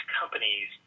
companies